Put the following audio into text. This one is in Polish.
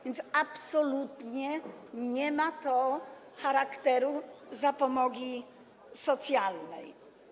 Więc absolutnie nie ma to charakteru zapomogi socjalnej.